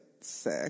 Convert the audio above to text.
sick